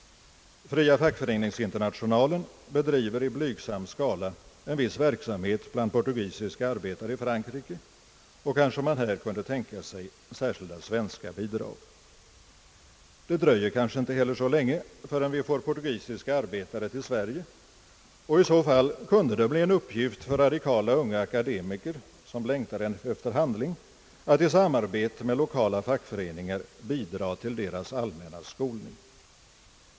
Fria fackföreningsinternationalen = bedriver i blygsam skala en viss verksamhet bland portugisiska arbetare i Frankrike, och kanske man i detta sammanhang kunde tänka sig särskilda svenska bidrag. Det dröjer kanske inte heller så länge förrän vi får portugisiska arbetare i Sverige, och i så fall kunde det bli en uppgift för radikala unga akademiker, som längtar efter handling, att i samarbete med lokala fackföreningar bidra till deras allmänna skolning.